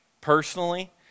personally